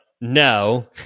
no